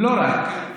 לא רק.